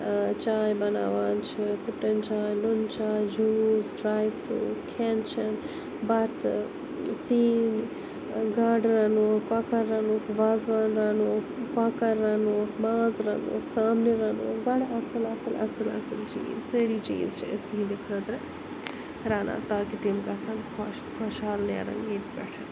چاے بَناوان چھِ لِپٹَن چاے نُن چاے جوٗس ڈراے فروٗٹ کھیٚن چیٚن بَتہٕ سِنۍ گاڑٕ رَنوکھ کۄکَر رَنوکھ وازوان رَنوکھ کۄکَر رَنوکھ ماز رَنوکھ ژامنہ رَنوکھ بَڑٕ اصل اصل اصل اصل چیٖز سٲری چیٖز چھِ أسۍ تِہٕنٛدِ خٲطرٕ رَنان تاکہ تِم گَژھَن خۄش تہٕ خۄشحال نیرٕن ییٚتہِ پیٚٹھ